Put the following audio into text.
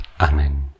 Amen